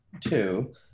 Two